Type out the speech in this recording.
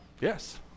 Yes